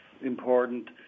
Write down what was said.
important –